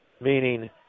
meaning